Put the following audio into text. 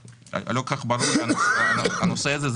לא כל כך ברור לי הנושא הזה,